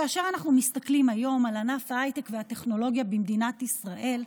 כאשר אנחנו מסתכלים היום על ענף ההייטק והטכנולוגיה במדינת ישראל,